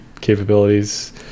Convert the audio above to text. capabilities